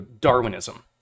darwinism